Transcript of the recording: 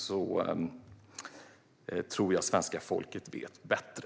Jag tror också att svenska folket vet bättre.